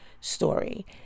story